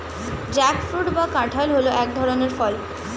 jackfruit বা কাঁঠাল হল এক ধরনের ফল